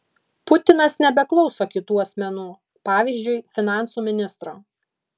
putinas nebeklauso kitų asmenų pavyzdžiui finansų ministro